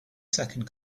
second